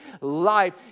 life